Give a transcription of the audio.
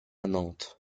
nantes